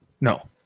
No